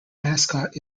mascot